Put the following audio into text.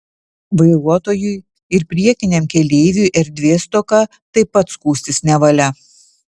vairuotojui ir priekiniam keleiviui erdvės stoka taip pat skųstis nevalia